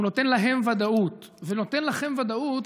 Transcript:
הוא ייתן להם ודאות וייתן לכם ודאות.